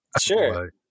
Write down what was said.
Sure